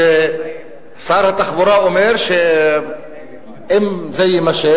ששר התחבורה אומר ש"אם זה יימשך,